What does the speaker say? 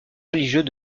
religieux